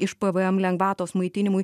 iš pvm lengvatos maitinimui